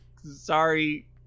Sorry